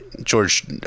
George